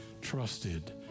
trusted